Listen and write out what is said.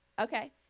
Okay